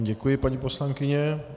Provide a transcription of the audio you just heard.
Děkuji vám, paní poslankyně.